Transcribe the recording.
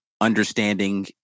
Understanding